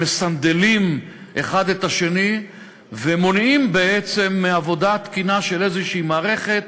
הם מסנדלים אחד את השני ומונעים בעצם עבודה תקינה של איזושהי מערכת,